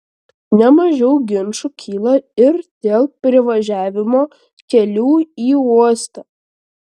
ne mažiau ginčų kyla ir dėl privažiavimo kelių į uostą